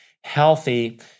healthy